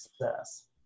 success